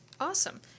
Awesome